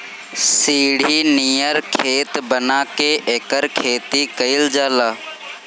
सीढ़ी नियर खेत बना के एकर खेती कइल जाला